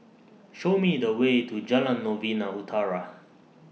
Show Me The Way to Jalan Novena Utara